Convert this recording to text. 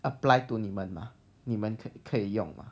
apply to 你们 mah 你们可以用吗